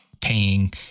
paying